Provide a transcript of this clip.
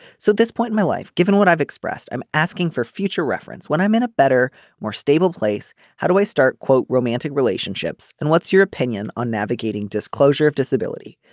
so at this point my life given what i've expressed i'm asking for future reference when i'm in a better more stable place. how do i start quote romantic relationships and what's your opinion on navigating disclosure of disability.